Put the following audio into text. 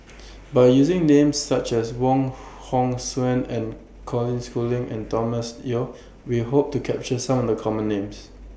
By using Names such as Wong Hong Suen and Colin Schooling and Thomas Yeo We Hope to capture Some of The Common Names